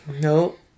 nope